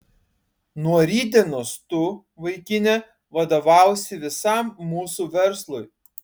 nuo rytdienos tu vaikine vadovausi visam mūsų verslui